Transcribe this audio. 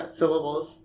syllables